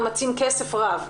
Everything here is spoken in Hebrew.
מאמצים וכסף רב.